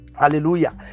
Hallelujah